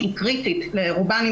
היא קריטית לרובן.